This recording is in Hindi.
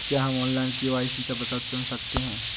क्या हम ऑनलाइन के.वाई.सी का विकल्प चुन सकते हैं?